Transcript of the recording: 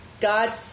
god